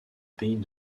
pays